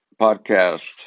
podcast